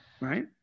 right